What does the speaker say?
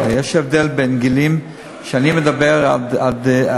יש הבדל בינם לבין הגילאים שאני מדבר עליהם,